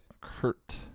Kurt